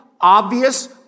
obvious